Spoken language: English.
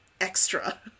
extra